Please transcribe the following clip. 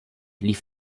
lief